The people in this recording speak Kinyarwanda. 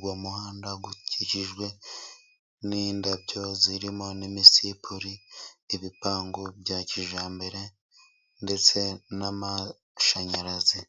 Uwo muhanda ukikijwe n'indabyo zirimo ;imisipu, ibipangu bya kijyambere ndetse n'amashyanyarazi.